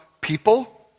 people